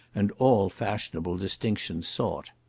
and all fashionable distinction sought.